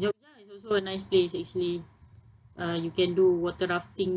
jogya is also a nice place actually uh you can do water rafting